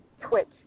Twitch